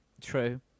True